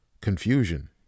confusion